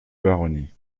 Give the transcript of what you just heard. baronnies